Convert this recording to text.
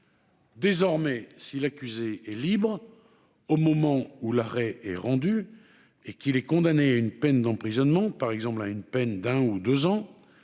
désormais si l'accusé est libre au moment où l'arrêt est rendu et qu'il est condamné à une peine d'emprisonnement par exemple à une peine d'un ou 2 ans,